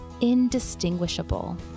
indistinguishable